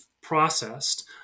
processed